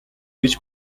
гэж